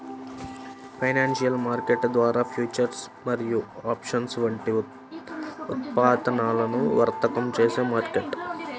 financial market ద్వారా futures మరియు options వంటి ఉత్పన్నాలను వర్తకం చేసే మార్కెట్